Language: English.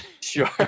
Sure